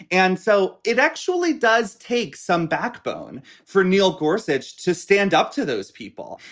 and so it actually does take some backbone for neil gorsuch to stand up to those people.